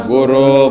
Guru